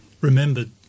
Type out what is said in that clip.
remembered